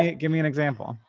ah give me an example.